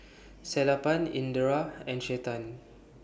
Sellapan Indira and Chetan